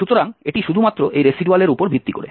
সুতরাং এটি শুধুমাত্র এই রেসিডুয়ালের উপর ভিত্তি করে